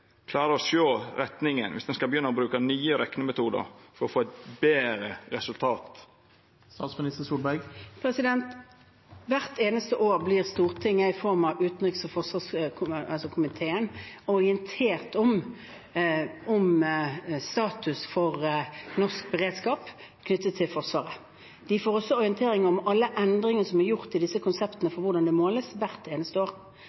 klara å sjå retninga om ein skal begynna å bruka nye reknemetodar for å få betre resultat? Hvert eneste år blir Stortinget, ved utenriks- og forsvarskomiteen, orientert om status for norsk beredskap knyttet til Forsvaret. De får også orientering om alle endringer som er gjort i